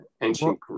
ancient